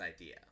idea